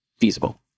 feasible